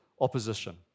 opposition